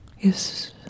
Yes